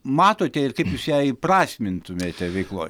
matote ir kaip jūs ją įprasmintumėte veikloj